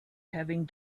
having